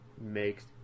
makes